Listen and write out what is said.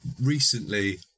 recently